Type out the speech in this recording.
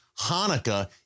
Hanukkah